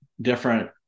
different